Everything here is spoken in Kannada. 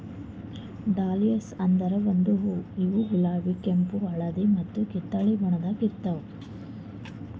ಡಹ್ಲಿಯಾಸ್ ಅಂದುರ್ ಒಂದು ಹೂವು ಇವು ಗುಲಾಬಿ, ಕೆಂಪು, ಬಿಳಿ, ಹಳದಿ ಮತ್ತ ಕಿತ್ತಳೆ ಬಣ್ಣದಾಗ್ ಇರ್ತಾವ್